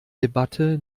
debatte